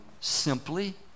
simply